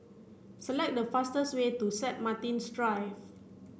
select the fastest way to Set Martin's Drive